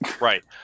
right